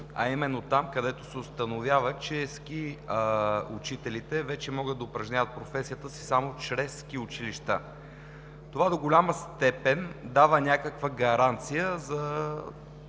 а именно там, където се установява, че ски учителите вече могат да упражняват професията си само чрез ски училища. Това до голяма степен дава някаква гаранция за ценза